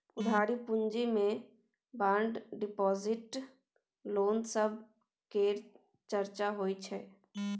उधारी पूँजी मे बांड डिपॉजिट, लोन सब केर चर्चा होइ छै